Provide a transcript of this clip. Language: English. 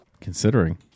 considering